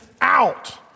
out